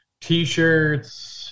T-shirts